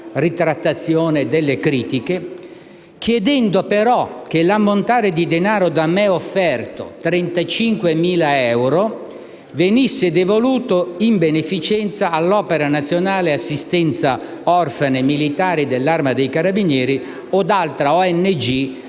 ritrattazione delle critiche) chiedendo però che l'ammontare di denaro da me offerto (35.000 euro) venisse devoluto in beneficienza all'Opera nazionale di assistenza per gli orfani dei militari dell'Arma dei carabinieri o ad altra ONG